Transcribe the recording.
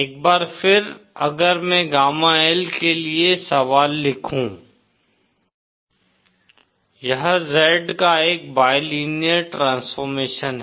एक बार फिर अगर मैं गामा L के लिए सवाल लिखूं Z Z0ZZ0 Z 1Z1 z ZZ0jx यह Z का एक बाइलिनेयर ट्रांसफॉर्मेशन है